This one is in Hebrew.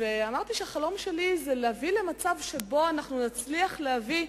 אמרתי שהחלום שלי הוא להביא למצב שבו נצליח להביא,